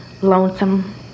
lonesome